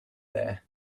there